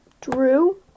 Drew